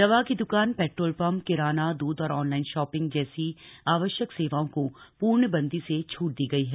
दवा की द्वकानए पेट्रोल पम्पए किरानाए दूध और ऑनलाइन शॉपिंग जैसी आवश्यक सेवाओं को पूर्णबंदी से छूट दी गई है